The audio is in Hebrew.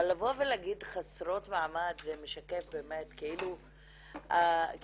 אבל לבוא ולהגיד "חסרות מעמד" זה משקף כאילו הנשים